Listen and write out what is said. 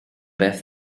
beth